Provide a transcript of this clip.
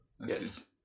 Yes